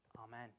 Amen